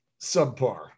subpar